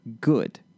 good